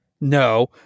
No